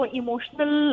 emotional